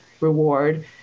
reward